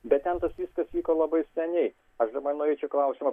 bet ten tas viskas vyko labai seniai aš dabar norėčiau klausimą